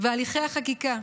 ו"הליכי החקיקה".